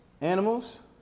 animals